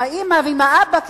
עם האמא ועם האבא,